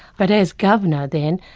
but as governor then,